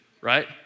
right